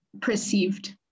perceived